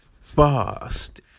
fast